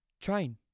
Train